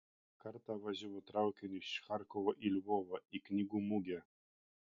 kartą važiavau traukiniu iš charkovo į lvovą į knygų mugę